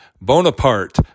Bonaparte